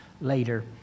later